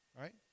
right